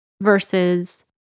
versus